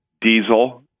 diesel